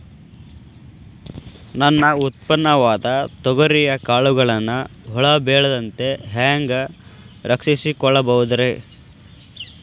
ನನ್ನ ಉತ್ಪನ್ನವಾದ ತೊಗರಿಯ ಕಾಳುಗಳನ್ನ ಹುಳ ಬೇಳದಂತೆ ಹ್ಯಾಂಗ ರಕ್ಷಿಸಿಕೊಳ್ಳಬಹುದರೇ?